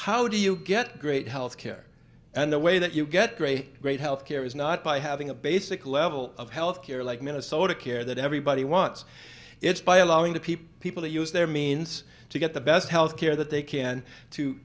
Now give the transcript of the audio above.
how do you get great health care and the way that you get great great health care is not by having a basic level of health care like minnesota care that everybody wants it's by allowing the people people to use their means to get the best health care that they can to